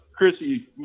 Chrissy